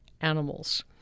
animals